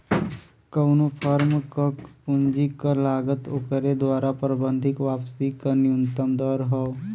कउनो फर्म क पूंजी क लागत ओकरे द्वारा प्रबंधित वापसी क न्यूनतम दर हौ